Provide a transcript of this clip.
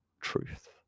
truth